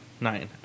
Nine